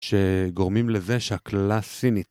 ‫שגורמים לזה שהקללה הסינית.